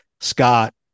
Scott